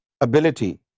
ability